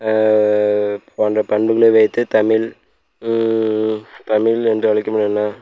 போன்ற பண்புகளை வைத்து தமிழ் தமிழ் என்று அழைக்கும்